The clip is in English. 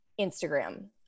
Instagram